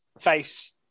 face